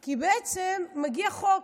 כי בעצם מגיע חוק,